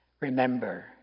Remember